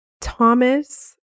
Thomas